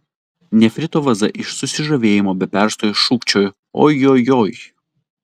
nefrito vaza iš susižavėjimo be perstojo šūkčiojo ojojoi